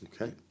Okay